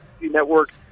network